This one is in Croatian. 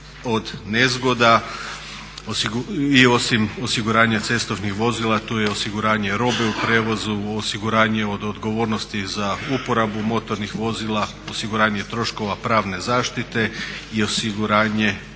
od nezgoda. I osim osiguranja cestovnih vozila tu je osiguranje robe u prijevozu, osiguranje od odgovornosti za uporabu motornih vozila, osiguranje troškova pravne zaštite i osiguranje